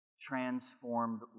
transformed